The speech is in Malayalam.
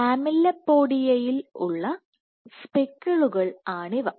ലാമെല്ലിപോഡിയയിൽ ഉള്ള സ്പെക്കിളുകൾ ആണിവ